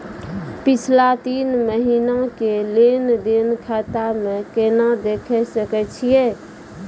पिछला तीन महिना के लेंन देंन खाता मे केना देखे सकय छियै?